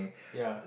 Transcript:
ya